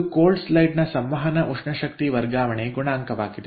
ಇದು ಶೀತದ ಕಡೆಯ ಸಂವಹನ ಉಷ್ಣಶಕ್ತಿ ವರ್ಗಾವಣೆ ಗುಣಾಂಕವಾಗಿದೆ